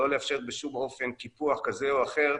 לא לאפשר בשום אופן קיפוח כזה או אחר,